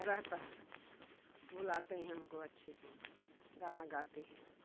रहता है वो लाते है हमको अच्छे से गाना गाते हैं